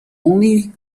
only